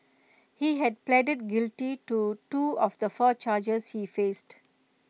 he had pleaded guilty to two of the four charges he faced